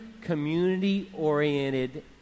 community-oriented